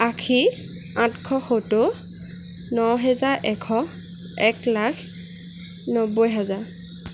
আশী আঠশ সত্তৰ নহেজাৰ এশ এক লাখ নব্বৈহেজাৰ